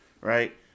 right